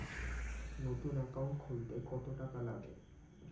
নতুন একাউন্ট খুলতে কত টাকা লাগে?